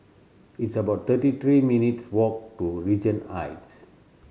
it's about thirty three minutes' walk to Regent Heights